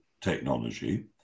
technology